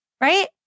right